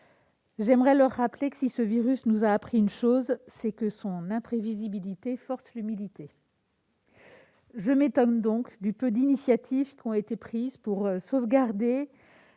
j'aimerais leur rappeler que si ce virus nous a appris une chose, c'est que son imprévisibilité force l'humilité. Je m'étonne donc du peu d'initiatives qui ont été prises pour sauvegarder